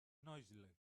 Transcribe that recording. noisily